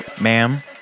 Ma'am